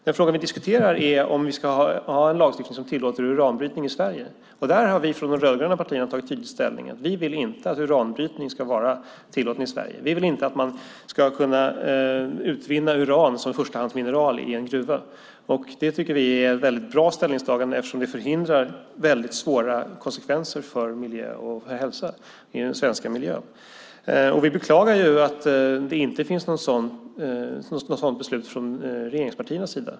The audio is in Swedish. Den fråga vi diskuterar är om vi ska ha en lagstiftning som tillåter uranbrytning i Sverige. Där har vi från de rödgröna partierna tydligt tagit ställning. Vi vill inte att uranbrytning ska vara tillåten i Sverige. Vi vill inte att man ska kunna utvinna uran som förstahandsmineral i en gruva. Det tycker vi är ett väldigt bra ställningstagande eftersom det förhindrar väldigt svåra konsekvenser för miljö och hälsa i Sverige. Vi beklagar att det inte finns något sådant beslut från regeringspartiernas sida.